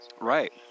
right